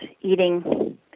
eating